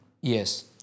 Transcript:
Yes